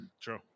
True